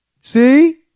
See